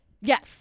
yes